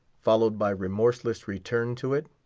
followed by remorseless return to it?